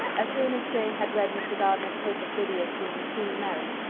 as soon as jane had read mr. gardiner's hope of lydia's being soon married,